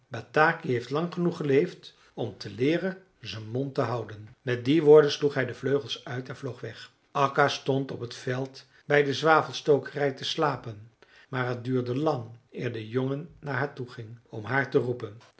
bataki heeft lang genoeg geleefd om te leeren zijn mond te houden met die woorden sloeg hij de vleugels uit en vloog weg akka stond op het veld bij de zwavelstokerij te slapen maar het duurde lang eer de jongen naar haar toeging om haar te roepen